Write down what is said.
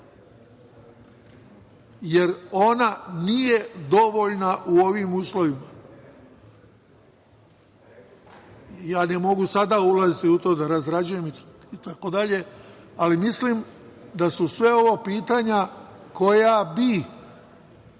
jer ona nije dovoljna u ovim uslovima? Ne mogu sada ulaziti u to da razrađujem itd, ali mislim da su sve ovo pitanja koja bi